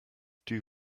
dew